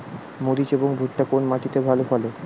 মরিচ এবং ভুট্টা কোন মাটি তে ভালো ফলে?